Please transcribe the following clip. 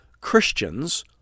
Christians